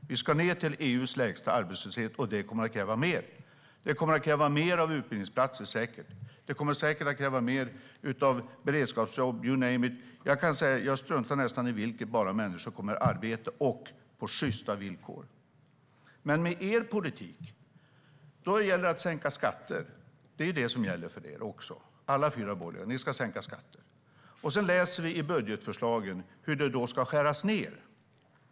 Vi ska ned till EU:s lägsta arbetslöshet, och det kommer att kräva mer. Det kommer säkert att kräva mer av utbildningsplatser. Det kommer säkert att kräva mer av beredskapsjobb, you name it. Jag kan säga att jag nästan struntar i vilket, bara människor kommer i arbete - och på sjysta villkor. Med er politik gäller att sänka skatter. Det är det som gäller för alla de fyra borgerliga. Ni ska sänka skatter. Sedan läser vi i budgetförslagen hur det ska skäras ned.